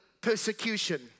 persecution